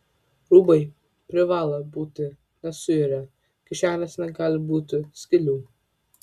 rūbai privalo būti nesuirę kišenėse negali būti skylių